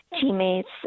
teammates